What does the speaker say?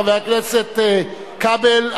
חבר הכנסת כבל,